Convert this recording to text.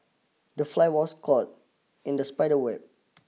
the fly was caught in the spider web